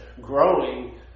growing